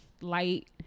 light